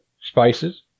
spices